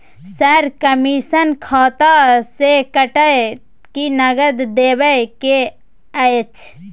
Sir, commission खाता से कटत कि नगद देबै के अएछ?